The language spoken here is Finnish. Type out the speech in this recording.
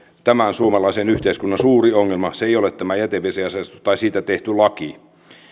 tämän suomalaisen yhteiskunnan suuri ongelma se ei ole tämä jätevesiasetus tai siitä tehty laki